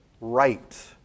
right